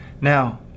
Now